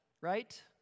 right